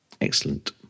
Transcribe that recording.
Excellent